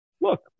look